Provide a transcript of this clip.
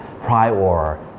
prior